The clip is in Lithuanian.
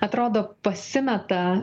atrodo pasimeta